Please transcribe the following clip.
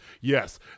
yes